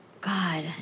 God